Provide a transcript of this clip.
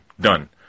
Done